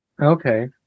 Okay